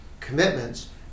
commitments